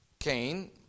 Cain